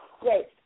great